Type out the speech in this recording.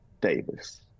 Davis